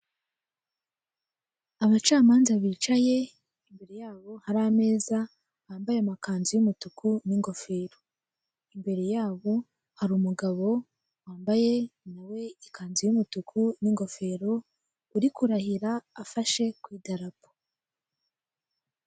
Abacamanza bicaye imbere yabo hari ameza bambaye amakanzu y'umutuku n'ingofero imbere yabo hariri umugabo wambaye na we ikanzu y'umutuku n'ingofero uri kurahira afashe ku idarapo.